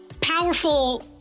powerful